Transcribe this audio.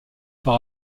par